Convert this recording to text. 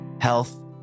health